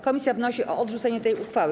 Komisja wnosi o odrzucenie tej uchwały.